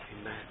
Amen